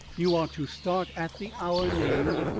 you are to start at the hour named,